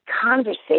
conversation